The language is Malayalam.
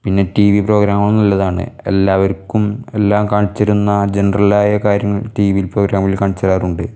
പിന്നെ ടിവി പ്രോഗ്രാമുകൾ നല്ലതാണ് എല്ലാവർക്കും എല്ലാം കാണിച്ചു തരുന്ന ജനറലായ കാര്യങ്ങൾ ടിവി പ്രോഗ്രാമിൽ കാണിച്ച് തരാറുണ്ട്